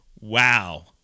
wow